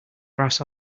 brass